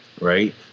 right